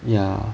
ya